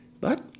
But